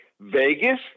Vegas